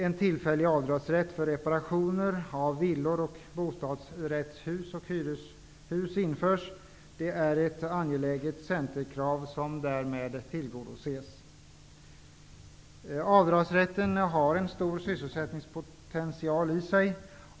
En tillfällig avdragsrätt för reparationer av villor, bostadsrättshus och hyreshus införs. Ett angeläget centerkrav tillgodoses därmed. Avdragsrätten har en stor sysselsättningspotential i sig.